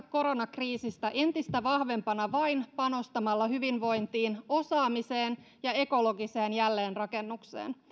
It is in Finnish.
koronakriisistä entistä vahvempana vain panostamalla hyvinvointiin osaamiseen ja ekologiseen jälleenrakennukseen